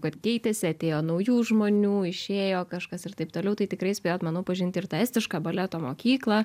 kad keitėsi atėjo naujų žmonių išėjo kažkas ir taip toliau tai tikrai spėjot manau pažinti ir tą estišką baleto mokyklą